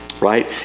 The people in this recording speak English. right